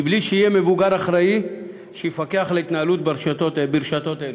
בלי שיהיה מבוגר אחראי שיפקח על ההתנהלות ברשתות אלו.